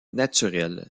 naturelle